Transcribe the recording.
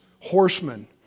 horsemen